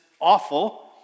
awful